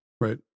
Right